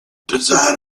design